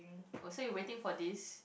oh so you waiting for this